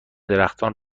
درختان